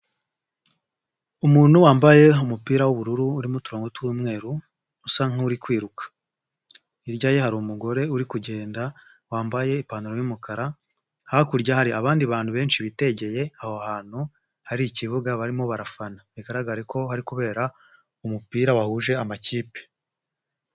Umuntu wambaye umupira w'ubururu urimo uturongogo tw'umweru usa nk'uri kwiruka, hirya ye hari umugore uri kugenda wambaye ipantaro y'umukara, hakurya hari abandi bantu benshi bitegeye aho hantu hari ikibuga barimo barafana, bigaragare ko hari kubera umupira wahuje amakipe.